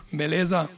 beleza